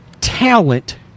talent